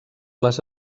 les